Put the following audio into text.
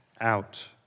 out